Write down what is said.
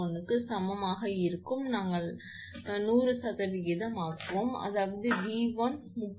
276𝑉1 சமமாக இருக்கும் நாம் 100 ஆக்குவோம் அதாவது 𝑉1 30